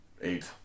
Eight